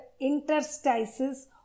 interstices